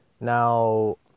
Now